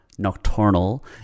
Nocturnal